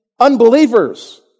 unbelievers